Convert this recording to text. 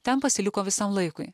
ten pasiliko visam laikui